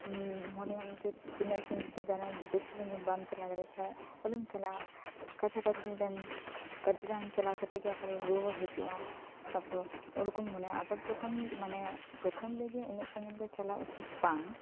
ᱢᱚᱱᱮᱭᱟᱢ ᱡᱮ ᱵᱮᱥᱤ ᱡᱚᱫᱤ ᱵᱟᱢ ᱪᱟᱞᱟᱣ ᱫᱟᱲᱮᱭᱟᱜ ᱠᱷᱟᱱ ᱟᱞᱚᱢ ᱪᱟᱞᱟᱜᱼᱟ ᱠᱟᱪᱷᱟ ᱠᱟᱪᱷᱤ ᱠᱟᱹᱴᱤᱡ ᱪᱟᱞᱟᱣ ᱠᱟᱛᱮᱜ ᱜᱮ ᱟᱵᱟᱨᱮᱢ ᱨᱩᱣᱟᱹᱲ ᱦᱤᱡᱩᱜᱼᱟ ᱟᱵᱟᱨ ᱡᱚᱠᱷᱚᱱ ᱯᱨᱚᱛᱷᱚᱢ ᱨᱮᱜᱮ ᱩᱱᱟᱹᱜ ᱥᱟᱹᱜᱤᱧ ᱫᱚ ᱪᱟᱞᱟᱣ ᱩᱪᱤᱛ ᱫᱚ ᱵᱟᱝ